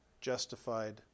justified